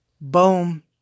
Boom